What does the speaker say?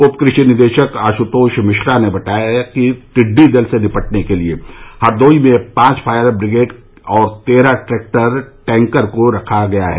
उप कृषि निदेशक आश्तोष मिश्रा ने बताया कि टिड्डी दल से निपटने के लिए हरदोई में पांच फायर ब्रिगेड और तेरह ट्रैक्टर टैंकर को तैयार रखा गया है